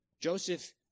Joseph